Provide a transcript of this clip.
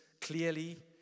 clearly